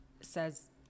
says